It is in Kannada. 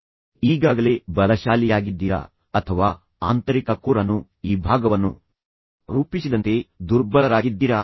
ನೀವು ಈಗಾಗಲೇ ಬಲಶಾಲಿಯಾಗಿದ್ದೀರಾ ಅಥವಾ ನೀವು ಈಗಾಗಲೇ ಆಂತರಿಕ ಕೋರ್ ಅನ್ನು ಈ ಭಾಗವನ್ನು ರೂಪಿಸಿದಂತೆ ದುರ್ಬಲರಾಗಿದ್ದೀರಾ